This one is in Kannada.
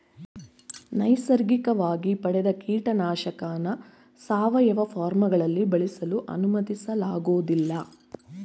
ನೈಸರ್ಗಿಕವಾಗಿ ಪಡೆದ ಕೀಟನಾಶಕನ ಸಾವಯವ ಫಾರ್ಮ್ಗಳಲ್ಲಿ ಬಳಸಲು ಅನುಮತಿಸಲಾಗೋದಿಲ್ಲ